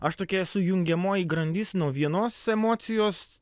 aš tokia esu jungiamoji grandis nuo vienos emocijos